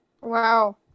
Wow